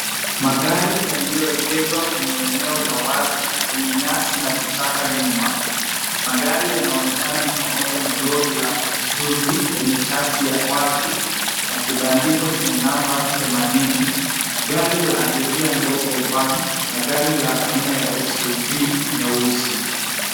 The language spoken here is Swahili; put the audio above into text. Magari yaliyoegeshwa kwenye eneo la wazi, lenye nyasi na vichaka nyuma. Magari yanaonekana ni pamoja na lori la Isuzu lenye chasi ya wazi na kibandoko chenye namba 80. Gari la abiria ndogo van na gari la aina ya SUV nyeusi.